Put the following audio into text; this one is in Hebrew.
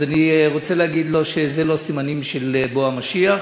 אז אני רוצה להגיד לו שזה לא סימנים של בוא המשיח.